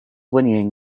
whinnying